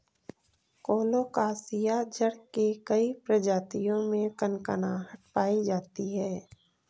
colocasia जड़ के कई प्रजातियों में कनकनाहट पायी जाती है